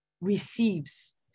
receives